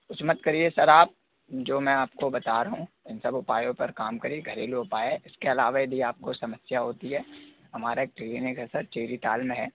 कुछ मत करिए सर आप जो मैं आपको बता रहा हूँ इन सब उपायों पर काम करिए घरेलू उपाय हैं इसके अलावा यदि आपको समस्या होती है हमारा एक क्लीनिक है सर चेरीताल में है